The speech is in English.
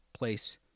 place